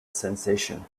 sensation